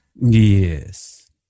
Yes